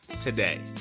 today